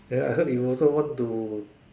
then I heard you also want to